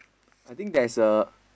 I think there's a